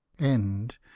end